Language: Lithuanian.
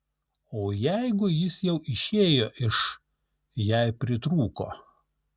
o jeigu jis jau išėjo iš jei pritrūko